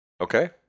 Okay